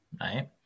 right